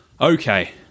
Okay